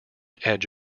edge